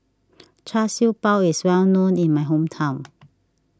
Char Siew Bao is well known in my hometown